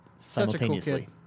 simultaneously